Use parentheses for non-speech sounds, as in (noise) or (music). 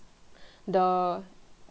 (breath) the